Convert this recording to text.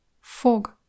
Fog